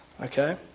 Okay